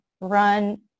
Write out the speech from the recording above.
run